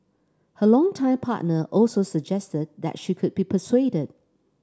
her longtime partner also suggested that she could be persuaded